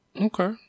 Okay